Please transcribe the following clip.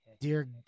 Dear